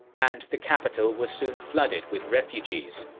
and the capital was soon flooded with refugees.